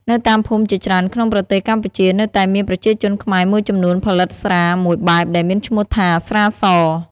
នៅតាមភូមិជាច្រើនក្នុងប្រទេសកម្ពុជា នៅតែមានប្រជាជនខ្មែរមួយចំនួនផលិតស្រាមួយបែបដែលមានឈ្មោះថា ស្រា ស។